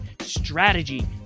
Strategy